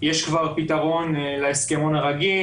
יש כבר פתרון להסכמון הרגיל,